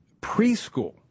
preschool